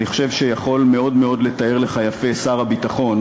אני חושב שיכול לתאר לך מאוד מאוד יפה שר הביטחון,